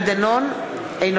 אינו